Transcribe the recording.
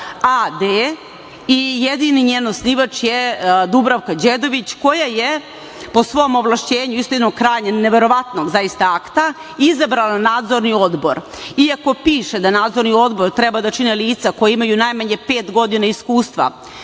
a.d. i jedini njen osnivač je Dubravka Đedović koja je po svom ovlašćenju, zaista neverovatno za ista akta, izabrala Nadzorni odbor. Iako piše da Nadzorni odbor treba da čine lica koja imaju najmanje pet godina iskustva